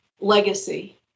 legacy